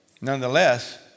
nonetheless